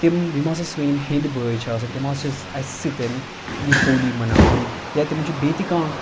تِم یِم ہَسا سٲنۍ یِم ہیٚند بٲے چھِ آسان تِم ہَسا چھِ اَسہِ سٕتۍ یہِ ہولی مَناوان یا تِمَن چھُ بیٚیہِ تہِ کانٛہہ